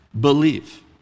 believe